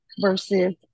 versus